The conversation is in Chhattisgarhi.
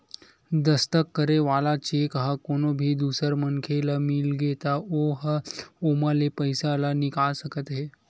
दस्कत करे वाला चेक ह कोनो भी दूसर मनखे ल मिलगे त ओ ह ओमा ले पइसा ल निकाल सकत हे